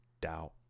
doubt